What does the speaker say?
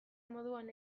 moduan